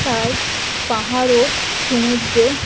তাই পাহাড় ও সমুদ্র